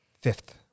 fifth